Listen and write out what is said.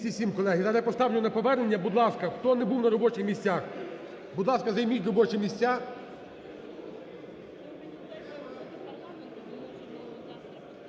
За-207 207, колеги. Зараз я поставлю на повернення. Будь ласка, хто не був на робочих місцях, будь ласка, займіть робочі місця.